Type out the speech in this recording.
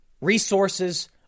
Resources